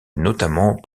notamment